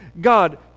God